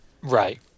Right